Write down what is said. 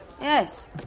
Yes